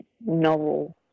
novel